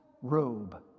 robe